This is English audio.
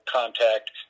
contact